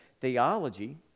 theology